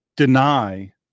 deny